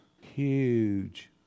Huge